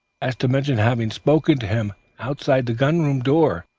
as to mention having spoken to him outside the gun-room door,